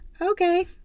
okay